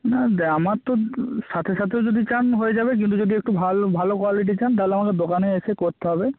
না দ্যা আমার তো সাথে সাথেও যদি চান হয়ে যাবে কিন্তু যদি একটু ভালো ভালো কোয়ালিটি চান তাহলে আমাকে দোকানে এসে করতে হবে